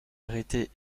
arrêtée